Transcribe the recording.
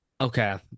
Okay